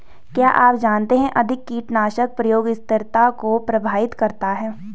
क्या आप जानते है अधिक कीटनाशक प्रयोग स्थिरता को प्रभावित करता है?